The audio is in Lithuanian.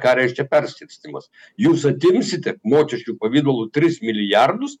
ką reiškia perskirstymas jūs atimsite mokesčių pavidalu tris milijardus